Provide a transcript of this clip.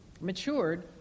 matured